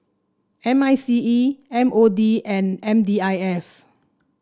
M I C E M O D and M D I S